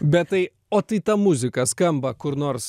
bet tai o tai ta muzika skamba kur nors